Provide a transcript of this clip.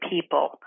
people